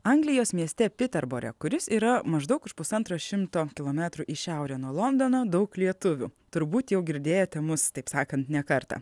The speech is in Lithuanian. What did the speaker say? anglijos mieste piterbore kuris yra maždaug už pusantro šimto kilometrų į šiaurę nuo londono daug lietuvių turbūt jau girdėjote mus taip sakant ne kartą